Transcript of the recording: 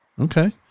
Okay